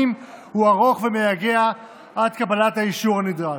הוא ארוך ומייגע עד קבלת האישור הנדרש.